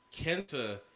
Kenta